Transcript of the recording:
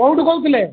କେଉଁଠୁ କହୁଥିଲେ